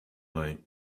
late